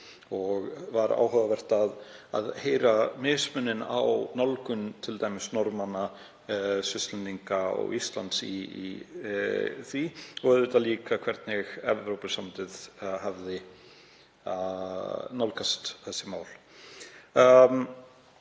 Það var áhugavert að heyra mismuninn á nálgun t.d. Norðmanna, Svisslendinga og Íslands í því og auðvitað líka hvernig Evrópusambandið hafði nálgast þessi mál.